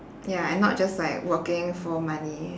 ya and not just like working for money